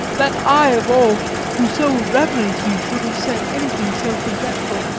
that i of all who so reverence you should have said anything so forgetful.